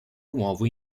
nuovo